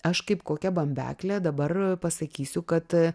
aš kaip kokia bambeklė dabar pasakysiu kad